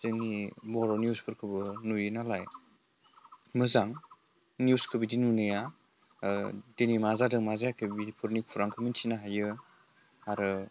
जोंनि बर' निउसफोरखोबो नुयो नालाय मोजां निउसखो बिदि नुनाया दिनै मा जादों मा जायाखै बेफोरनि खौरांखो मिथिनो हायो आरो